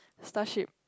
Starship